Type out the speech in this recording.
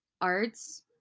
arts